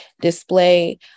display